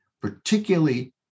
particularly